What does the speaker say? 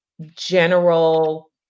general